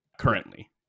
currently